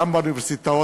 גם באוניברסיטאות,